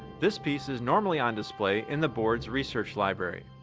this piece is normally on display in the board's research library.